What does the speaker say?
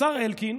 שהשר אלקין,